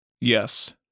Yes